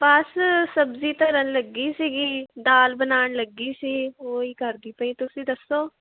ਬਸ ਸਬਜ਼ੀ ਧਰਨ ਲੱਗੀ ਸੀਗੀ ਦਾਲ ਬਣਾਉਣ ਲੱਗੀ ਸੀ ਉਹ ਹੀ ਕਰਦੀ ਪਈ ਤੁਸੀਂ ਦੱਸੋ